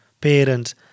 parents